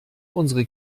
unsere